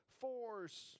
force